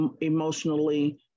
emotionally